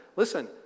Listen